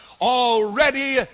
already